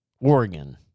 Oregon